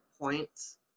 points